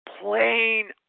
plain